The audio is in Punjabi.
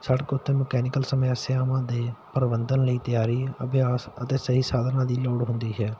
ਸੜਕ ਉੱਤੇ ਮੈਕੈਨੀਕਲ ਸਮੈਸਆਵਾਂ ਦੇ ਪ੍ਰਬੰਧਨ ਲਈ ਤਿਆਰੀ ਅਭਿਆਸ ਅਤੇ ਸਹੀ ਸਾਧਨਾ ਦੀ ਲੋੜ ਹੁੰਦੀ ਹੈ